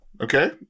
okay